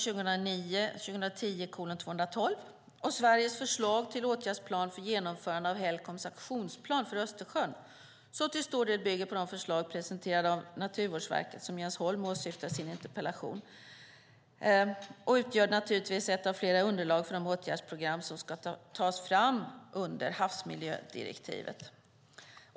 2009/10:213, och Sveriges Förslag till åtgärdsplan för genomförandet av Helcoms aktionsplan för Östersjön , som till stor del bygger på de förslag presenterade av Naturvårdsverket som Jens Holm åsyftar i sin interpellation, utgör naturligtvis ett av flera underlag för de åtgärdsprogram som ska tas fram under havsmiljödirektivet.